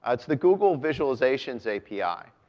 it's the google visualizations api.